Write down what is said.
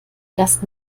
das